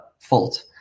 Fault